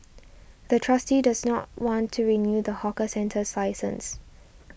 the trustee does not want to renew the hawker centre's license